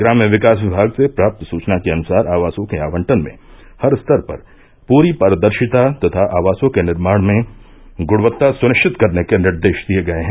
ग्राम्य विकास विभाग र्से प्राप्त सूचना के अनुसार आवासों के आवंटन में हर स्तर पर पूरी पारदर्शिता तथा आवासों के निर्माण में गुणवत्ता सुनिश्चित करने के निर्देश दिये गये हैं